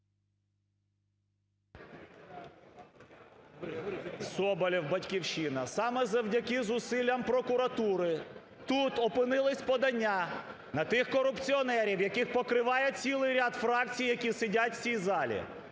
Соболєв, "Батьківщина". Саме завдяки зусиллям прокуратури тут опинились подання на тих корупціонерів, яких покриває цілий ряд фракцій, які сидять в цій залі.